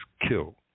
killed